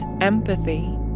empathy